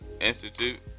institute